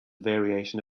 variation